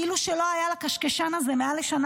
כאילו שלא היה לקשקשן הזה מעל לשנה